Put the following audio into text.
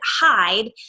hide